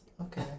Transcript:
Okay